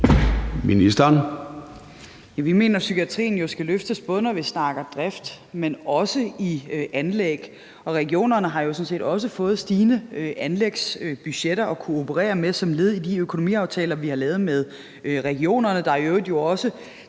Løhde): Vi mener jo, at psykiatrien skal løftes, både når vi snakker drift, men også i forbindelse med anlæg. Og regionerne har jo sådan set også fået stigende anlægsbudgetter at kunne operere med som led i de økonomiaftaler, vi har lavet med regionerne, der jo i øvrigt også